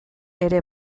ere